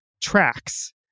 tracks